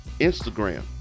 Instagram